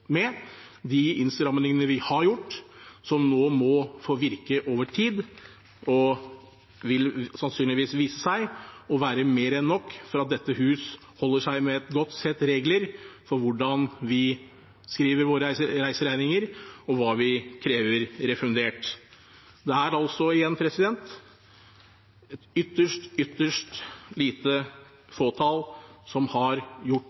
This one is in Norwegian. med de innstramningene vi har gjort, som nå må få virke over tid, og sannsynligvis vil vise seg å være mer enn nok for at dette hus holder seg med et godt sett regler for hvordan vi skriver våre reiseregninger, og hva vi krever refundert. Det er – igjen – et ytterst, ytterst lite fåtall som har gjort